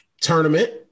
tournament